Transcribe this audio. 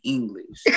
English